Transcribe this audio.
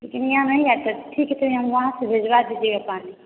लेकिन यहाँ नहीं आता ठीक है त यहाँ वहाँ से भेजवा दीजिएगा पानी